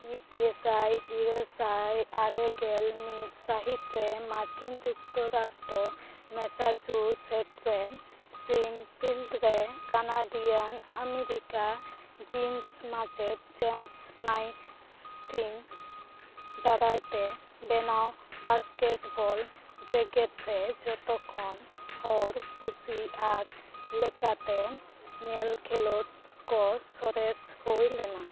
ᱢᱤᱫ ᱜᱮᱥᱟᱭ ᱤᱨᱟᱹᱞ ᱥᱟᱭ ᱟᱨᱮ ᱜᱮᱞ ᱢᱤᱫ ᱥᱟᱹᱦᱤᱛ ᱨᱮ ᱢᱟᱨᱠᱤᱱ ᱡᱩᱠᱛᱚ ᱨᱟᱥᱴᱨᱚ ᱢᱮᱥᱟᱪᱩᱥᱮᱴ ᱨᱮ ᱥᱯᱤᱨᱤᱝ ᱯᱷᱤᱞᱰ ᱨᱮ ᱠᱟᱱᱟᱰᱤᱭᱟᱱ ᱟᱢᱮᱨᱤᱠᱟ ᱡᱤᱢ ᱢᱟᱪᱮᱫ ᱡᱮᱢᱥ ᱱᱟᱭᱥᱢᱤᱛᱷ ᱫᱟᱨᱟᱭ ᱛᱮ ᱵᱮᱱᱟᱣ ᱵᱟᱥᱠᱮᱴᱵᱚᱞ ᱡᱮᱜᱮᱫ ᱨᱮ ᱡᱷᱚᱛᱚᱠᱷᱚᱱ ᱦᱚᱲ ᱠᱩᱥᱤ ᱟᱨ ᱞᱮᱠᱟᱛᱮ ᱧᱮᱞ ᱠᱷᱮᱞᱳᱸᱰ ᱠᱚ ᱥᱚᱨᱮᱥ ᱦᱩᱭ ᱞᱮᱱᱟ